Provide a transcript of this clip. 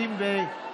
1